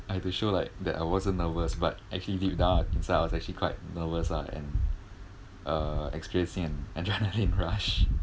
I had to show like that I wasn't nervous but actually deep down inside I was actually quite nervous lah and uh experiencing an adrenaline rush